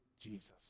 Jesus